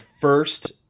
first